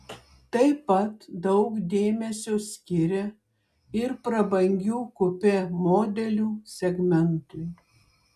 taip pat daug dėmesio skiria ir prabangių kupė modelių segmentui